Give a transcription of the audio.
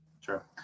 Sure